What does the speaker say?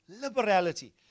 liberality